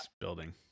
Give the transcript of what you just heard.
building